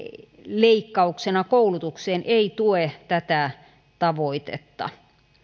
leikkauksena koulutukseen ei tue tätä tavoitetta